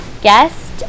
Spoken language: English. guest